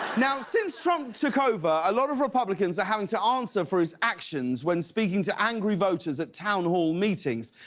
now since trump took over a lot of republicans are having to answer for his actions when speaking to angry voters at townhall meetings.